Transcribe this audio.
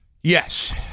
yes